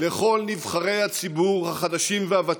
לכל נבחרי הציבור, החדשים והוותיקים.